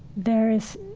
there is,